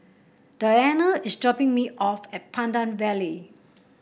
Diana is dropping me off at Pandan Valley